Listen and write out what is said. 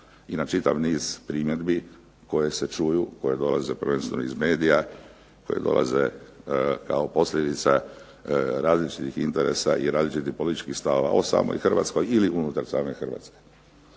i na čitav niz primjedbi koje se čuju, koje dolaze prvenstveno iz medija, koje dolaze kao posljedica različitih interesa i različitih političkih stavova o samoj Hrvatskoj ili unutar same Hrvatske.